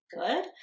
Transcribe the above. good